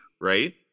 right